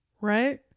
right